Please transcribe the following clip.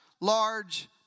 large